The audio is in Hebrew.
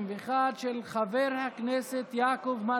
יובל, איך המגפה ניצחה, חברת הכנסת מגן